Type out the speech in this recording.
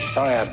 Sorry